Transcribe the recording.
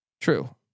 True